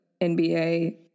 NBA